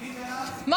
מה?